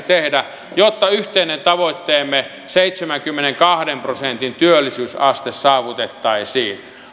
tehdä jotta yhteinen tavoitteemme seitsemänkymmenenkahden prosentin työllisyysaste saavutettaisiin